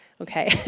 Okay